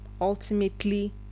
ultimately